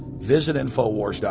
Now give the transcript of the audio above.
visit infowars.